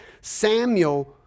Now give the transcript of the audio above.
Samuel